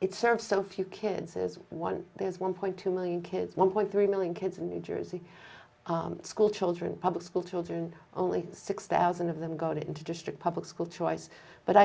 it serves so few kids as one there's one point two million kids one point three million kids in new jersey school children public school children only six thousand of them got into district public school choice but i